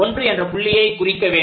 1 என்ற புள்ளியை குறிக்க வேண்டும்